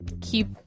keep